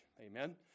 Amen